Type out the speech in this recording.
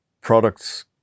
products